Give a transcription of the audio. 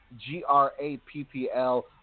G-R-A-P-P-L